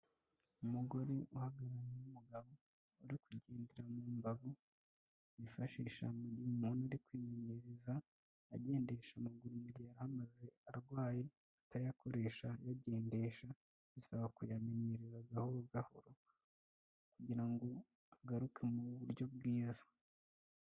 Umugore uhagaranye n'umugabo uri kugendera mu mbago yifashisha mu gihe umuntu ari kwimenyereza agendesha amaguru mugihe yari amaze arwaye atayakoresha ayagendesha, bisaba kuyamenyereza gahoro gahoro kugira ngo agaruke mu buryo bwiza.